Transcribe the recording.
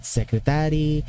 secretary